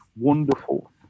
wonderful